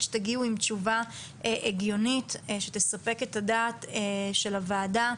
שתגיעו עם תשובה הגיונית שתספק את הדעת של הוועדה,